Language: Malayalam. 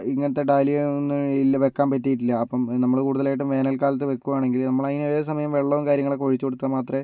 ഇങ്ങനത്തെ ഡാലിയ ഒന്നും ഇല്ല വെക്കാൻ പറ്റിയിട്ടില്ല അപ്പം നമ്മൾ കൂടുതലായിട്ടും വേനൽക്കാലത്ത് വെക്കുകയാണെങ്കിൽ നമ്മൾ അതിന് ഏത് സമയവും വെള്ളവും കാര്യങ്ങളൊക്കെ ഒഴിച്ചുകൊടുത്താൽ മാത്രമേ